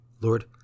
Lord